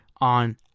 on